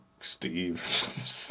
Steve